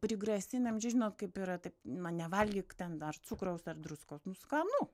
prigrasinam čia žinot kaip yra taip ma nevalgyk ten ar cukraus ar druskos skanu